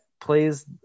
plays